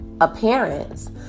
appearance